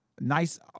Nice